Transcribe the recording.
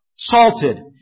Salted